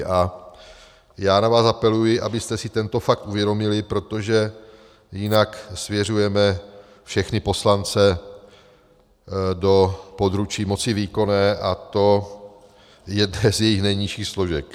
A já na vás apeluji, abyste si tento fakt uvědomili, protože jinak svěřujeme všechny poslance do područí moci výkonné, a to nejnižších složek.